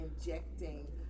injecting